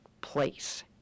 place